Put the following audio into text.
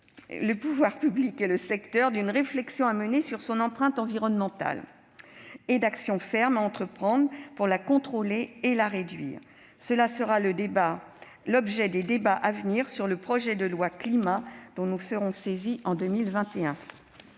les pouvoirs publics et le secteur d'une réflexion à mener sur son empreinte environnementale et d'actions fermes à entreprendre pour la contrôler et la réduire. Ces points seront l'objet des débats à venir sur le projet de loi Climat, dont nous serons saisis en 2021.